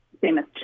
famous